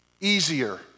easier